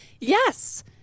Yes